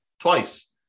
Twice